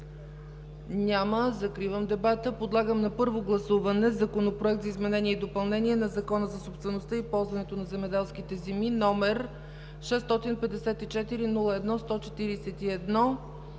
Няма. Закривам дебата. Подлагам на първо гласуване Закона за изменение и допълнение на Закона за собствеността и ползването на земеделските земи, № 654-01-141,